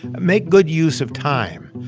make good use of time?